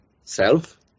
self